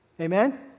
Amen